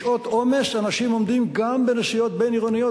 בשעות עומס אנשים עומדים גם בנסיעות בין-עירוניות,